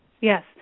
Yes